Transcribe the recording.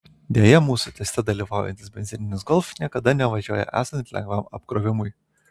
deja mūsų teste dalyvaujantis benzininis golf niekada nevažiuoja esant lengvam apkrovimui